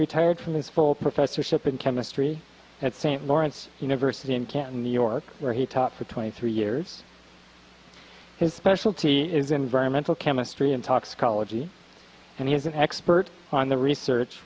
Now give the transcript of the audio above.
retired from his full professorship in chemistry at st lawrence university in canton new york where he taught for twenty three years his specialty is environmental chemistry and toxicology and he's an expert on the research